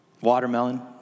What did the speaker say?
Watermelon